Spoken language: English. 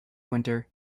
winter